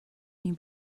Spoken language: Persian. این